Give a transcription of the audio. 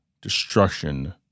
destruction